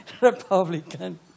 Republican